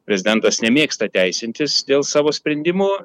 prezidentas nemėgsta teisintis dėl savo sprendimų